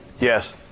Yes